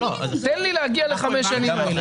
תן לי להגיע לחמש השנים האלה.